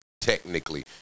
technically